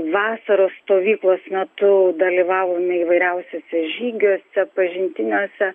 vasaros stovyklos metu dalyvavome įvairiausiuose žygiuose pažintiniuose